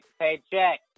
paycheck